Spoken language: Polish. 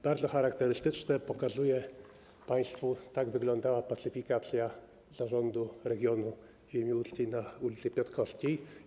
Bardzo charakterystyczne - pokazuję to państwu - tak wyglądała pacyfikacja zarządu regionu ziemi łódzkiej na ul. Piotrkowskiej.